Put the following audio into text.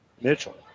Mitchell